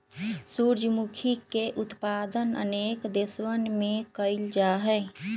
सूर्यमुखी के उत्पादन अनेक देशवन में कइल जाहई